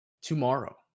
tomorrow